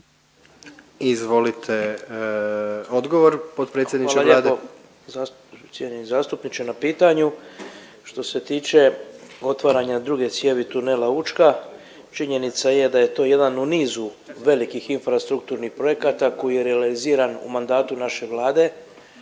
Izvolite odgovor potpredsjedniče Vlade. **Butković, Oleg (HDZ)** Hvala lijepo cijenjeni zastupniče na pitanju. Što se tiče otvaranja druge cijevi tunela Učka činjenica je da je to jedan u nizu velikih infrastrukturnih projekata koji je realiziran u mandatu naše Vlade.